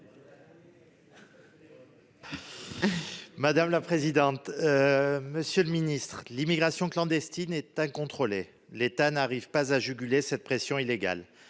des outre-mer. Monsieur le ministre, l'immigration clandestine est incontrôlée. L'État n'arrive pas à juguler cette pression illégale.